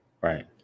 Right